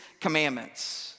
commandments